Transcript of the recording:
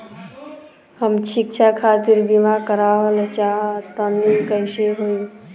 हम शिक्षा खातिर बीमा करावल चाहऽ तनि कइसे होई?